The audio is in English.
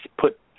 Put